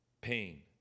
pain